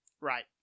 Right